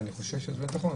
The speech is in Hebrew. ואני חושב שזה באמת נכון.